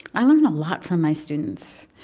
i learn a lot from my students.